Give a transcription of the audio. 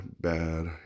bad